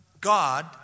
God